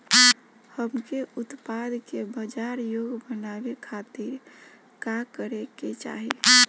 हमके उत्पाद के बाजार योग्य बनावे खातिर का करे के चाहीं?